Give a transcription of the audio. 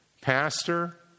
pastor